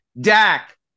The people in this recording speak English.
Dak